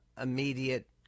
immediate